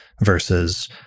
versus